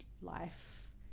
life